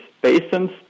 basins